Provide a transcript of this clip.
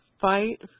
fight